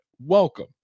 Welcome